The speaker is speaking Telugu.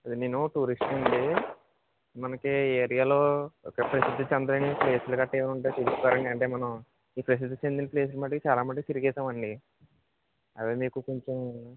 అది నేను టూరిస్ట్ని అండి మనకి ఈ ఏరియాలో ప్రసిద్ధి చెందని ప్లేసులు గట్రా ఏమైనా ఉంటే చూపిస్తారాండీ అంటే మనం ప్రసిద్ధి చెందిన ప్లేసులు మట్టుకు చాలమట్టుకు తిరిగేసామండి అదే మీకు కొంచెం